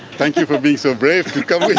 thank you for being so brave to come